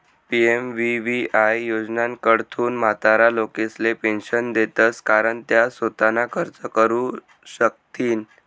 PMVVY योजनाकडथून म्हातारा लोकेसले पेंशन देतंस कारण त्या सोताना खर्च करू शकथीन